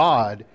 God